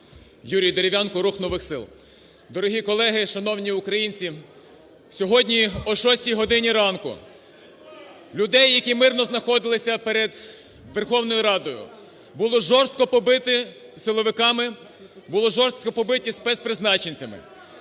Юрій Дерев'янко, "Рух нових сил". Дорогі колеги! Шановні українці! Сьогодні о 6-й годині ранку людей, які мирно знаходилися перед Верховною Радою, було жорстко побито силовиками, було жорстко побиті спецпризначенням.